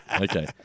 Okay